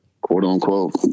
quote-unquote